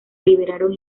liberaron